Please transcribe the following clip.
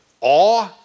awe